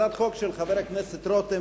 הצעת החוק של חבר הכנסת רותם,